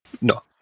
No